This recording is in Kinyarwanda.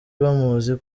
bamuzi